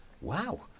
wow